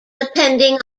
depending